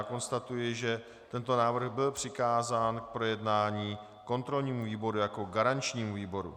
Konstatuji, že tento návrh byl přikázán k projednání kontrolnímu výboru jako garančnímu výboru.